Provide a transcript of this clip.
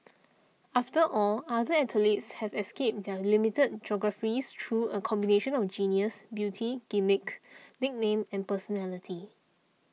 after all other athletes have escaped their limited geographies through a combination on genius beauty gimmick nickname and personality